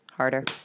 Harder